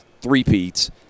three-peats